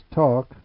talk